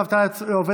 דמי אבטלה לעצמאים),